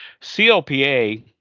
CLPA